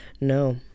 no